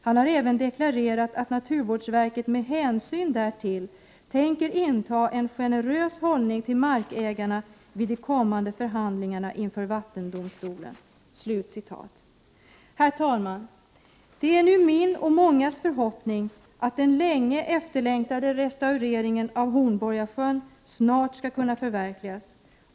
Han har även deklarerat att naturvårdsverket med hänsyn därtill tänker inta en generös hållning till markägarna vid de kommande förhandlingarna inför vattendomstolen.” Herr talman! Det är nu min och många andras förhoppning att den länge efterlängtade restaureringen av Hornborgasjön snart skall kunna förverkligas.